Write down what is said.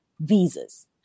visas